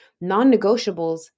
non-negotiables